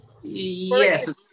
Yes